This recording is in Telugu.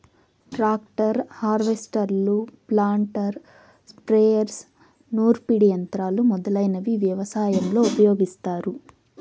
ట్రాక్టర్, హార్వెస్టర్లు, ప్లాంటర్, స్ప్రేయర్స్, నూర్పిడి యంత్రాలు మొదలైనవి వ్యవసాయంలో ఉపయోగిస్తారు